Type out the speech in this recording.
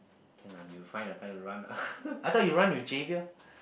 can lah you will find the time to run lah I thought you run with Javier